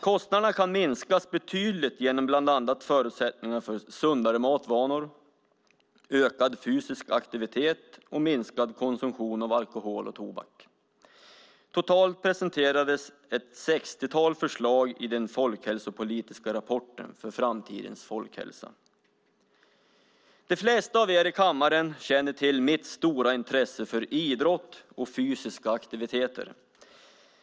Kostnaderna kan minskas betydligt genom bland annat förutsättningar för sundare matvanor, ökad fysisk aktivitet och minskad konsumtion av alkohol och tobak. Totalt presenterades ett sextiotal förslag i den folkhälsopolitiska rapporten för framtidens folkhälsa. De flesta av er i kammaren känner till mitt stora intresse för idrott och fysiska aktiviteter.